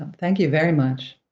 thank you very much,